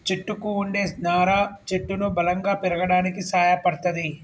చెట్టుకు వుండే నారా చెట్టును బలంగా పెరగడానికి సాయపడ్తది